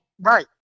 right